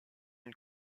une